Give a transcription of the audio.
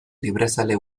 librezale